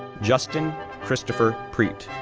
justin christopher prete,